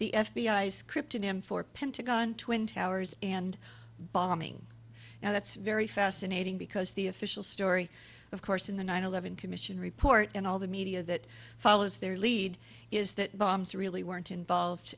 for pentagon twin towers and bombing now that's very fascinating because the official story of course in the nine eleven commission report and all the media that follows their lead is that bombs really weren't involved